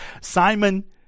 Simon